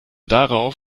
darauf